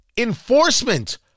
Enforcement